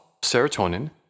serotonin